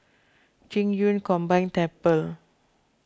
Qing Yun Combined Temple